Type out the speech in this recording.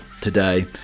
today